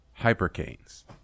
hypercane's